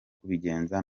kubigenza